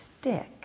stick